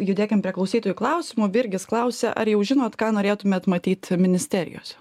judėkim prie klausytojų klausimų virgis klausia ar jau žinot ką norėtumėt matyt ministerijose